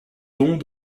dons